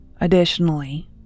Additionally